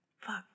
fuck